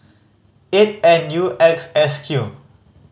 eight N U X S Q